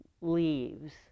leaves